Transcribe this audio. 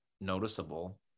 noticeable